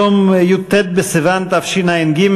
היום י"ט בסיוון תשע"ג,